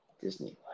Disney